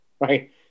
Right